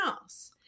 house